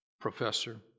Professor